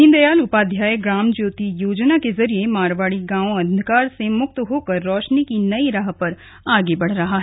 दीन दयाल उपाध्याय ग्राम ज्योति योजना के जरिये मारवाड़ी गांव अंधकार से मुक्त होकर रोशनी की नई राह पर आगे बढ़ रहा है